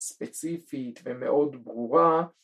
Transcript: ‫ספציפית ומאוד ברורה.